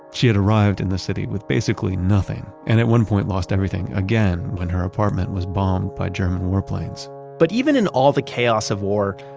she had arrived in the city with basically nothing, and at one point lost everything again when her apartment was bombed by german warplanes but even in all the chaos of war,